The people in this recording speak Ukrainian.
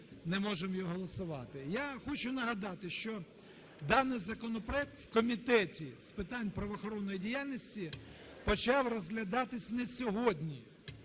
не можемо його голосувати. Я хочу нагадати, що даний законопроект в Комітеті з питань правоохоронної діяльності почав розглядатись не сьогодні,